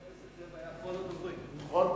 נכון.